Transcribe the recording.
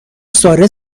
ساره